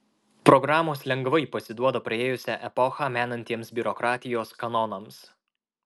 programos lengvai pasiduoda praėjusią epochą menantiems biurokratijos kanonams